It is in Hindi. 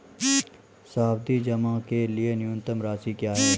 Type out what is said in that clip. सावधि जमा के लिए न्यूनतम राशि क्या है?